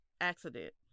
accident